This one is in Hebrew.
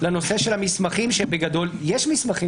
לנושא של המסמכים כאשר בגדול יש מסמכים